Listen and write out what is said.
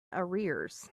arrears